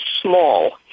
small